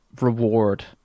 reward